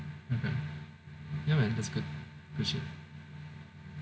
ya man that's good